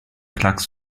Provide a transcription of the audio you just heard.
klacks